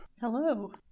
Hello